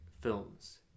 films